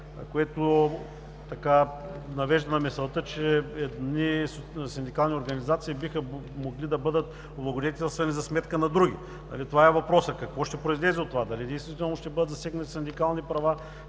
което навежда на мисълта, че едни синдикални организации биха могли да бъдат облагодетелствани за сметка на други. Това е въпросът: какво ще произлезе от това, дали действително ще бъдат засегнати синдикални права